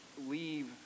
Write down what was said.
leave